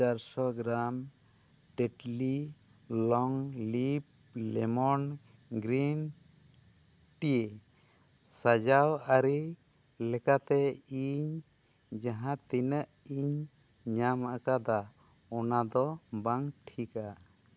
ᱪᱟᱨᱥᱚ ᱜᱮᱨᱟᱢ ᱴᱮᱴᱞᱤ ᱞᱚᱝᱞᱤᱵ ᱞᱮᱢᱚᱱ ᱜᱨᱤᱱ ᱴᱤ ᱥᱟᱡᱟᱣ ᱟᱹᱨᱤ ᱞᱮᱠᱟᱛᱮ ᱤᱧ ᱡᱟᱦᱟᱸ ᱛᱤᱱᱟᱹᱜ ᱤᱧ ᱧᱟᱢ ᱟᱠᱟᱫᱟ ᱚᱱᱟ ᱫᱚ ᱵᱟᱝ ᱴᱷᱤᱠᱟ